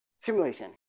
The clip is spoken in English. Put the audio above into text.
Simulation